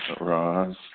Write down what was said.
Roz